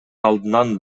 алдынан